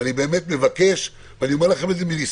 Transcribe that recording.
ואני באמת מבקש, ואני אומר לכם את זה מניסיון,